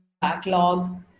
backlog